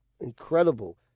Incredible